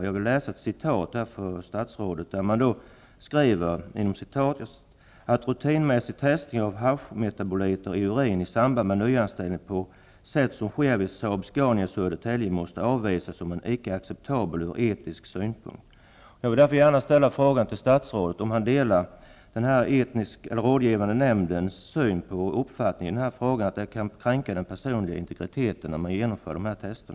Jag vill läsa upp ett avsnitt där man skriver ''att rutinmässig testning av haschmetaboliter i urin i samband med nyanställning på sätt som sker vid Saab-Scania i Södertälje måste avvisas som icke acceptabel ur etisk synpunkt''. Jag vill gärna ställa frågan till statsrådet om han delar denna rådgivande nämnds uppfattning i denna fråga, att det innebär ett kränkande av den personliga integriteten om man genomför sådana tester.